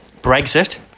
Brexit